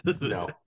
no